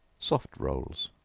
soft rolls.